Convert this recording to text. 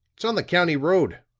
it's on the county road,